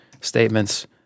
statements